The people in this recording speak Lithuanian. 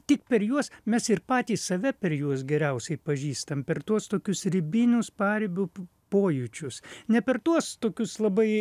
tik per juos mes ir patys save per juos geriausiai pažįstam per tuos tokius ribinius paribių pojūčius ne per tuos tokius labai